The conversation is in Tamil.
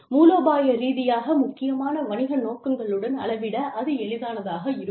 மூலோபாய ரீதியாக முக்கியமான வணிக நோக்கங்களுடன் அளவிட அது எளிதானதாக இருக்கும்